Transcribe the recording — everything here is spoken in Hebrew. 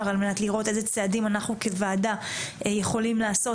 על מנת לראות איזה צעדים אנחנו כוועדה יכולים לעשות,